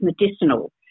medicinal